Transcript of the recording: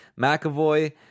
McAvoy